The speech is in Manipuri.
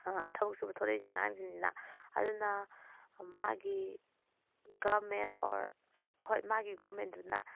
ꯊꯕꯛ ꯁꯨꯕ ꯊꯣꯛꯂꯛꯏꯁꯦ ꯑꯉꯥꯡꯁꯤꯡꯁꯤꯅ ꯑꯗꯨꯅ ꯃꯥꯒꯤ ꯒꯔꯃꯦꯟ ꯑꯣꯔ ꯍꯣꯏ ꯃꯥꯒꯤ ꯒꯣꯔꯃꯦꯟꯗꯨꯅ